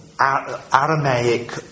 Aramaic